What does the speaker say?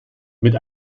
mit